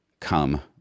come